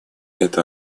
это